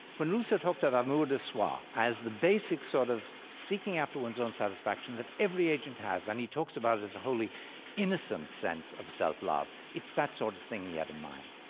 when rousseau talked about amour de soi, ah as the basic sort of seeking after one's own satisfaction, that every agent has, and he talks about it as a wholly innocent sense of self-love, it's that sort of thing he had in mind.